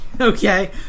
Okay